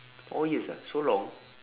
four years ah so long